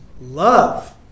love